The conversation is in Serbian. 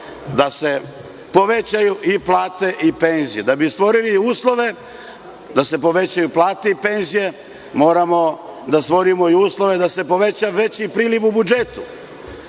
da se povećaju i plate i penzije. Da bi stvorili uslove, da se povećaju plate i penzije, moramo da stvorimo i uslove da se poveća veći priliv u budžetu. Ako